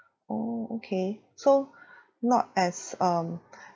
oh okay so not as um